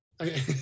Okay